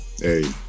Hey